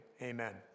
Amen